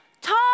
Tom